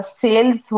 sales